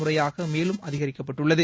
முறையாக மேலும் அதிகரிப்பட்டுள்ளது